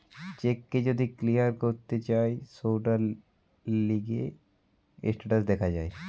check কে যদি clear করতে চায় সৌটার লিগে স্টেটাস দেখা যায়